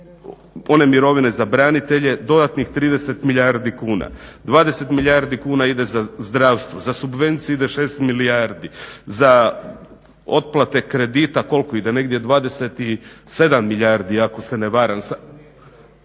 one mirovine za branitelje, dodatnih 30 milijardi kuna, 20 milijardi kuna ide za zdravstvo, za subvencije ide 6 milijardi, za otplate kredita koliko ide, negdje 27 milijardi ako se ne varam,